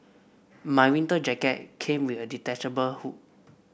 my winter jacket came with a detachable hood